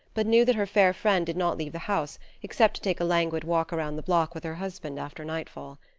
but knew that her fair friend did not leave the house, except to take a languid walk around the block with her husband after nightfall.